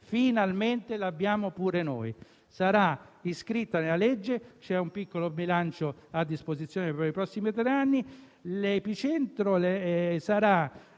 Finalmente l'abbiamo anche noi: sarà scritto nella legge, c'è un piccolo bilancio a disposizione per i prossimi tre anni e l'epicentro sarà